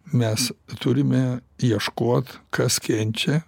mes turime ieškot kas kenčia